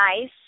nice